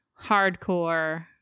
hardcore